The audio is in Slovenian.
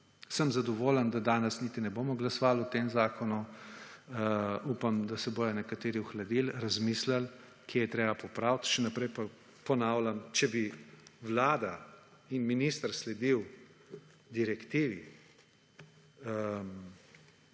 sem zadovoljen, da danes niti ne bomo glasovali o tem zakonu, upam, da se bodo nekateri ohladili, razmislili kje je treba popraviti, še naprej pa ponavljam, če bi Vlada in minister sledil direktivi